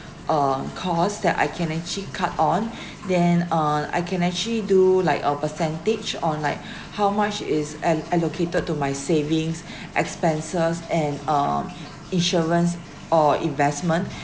uh cost that I can actually cut on then uh I can actually do like a percentage on like how much is al~ allocated to my savings expenses and um insurance or investment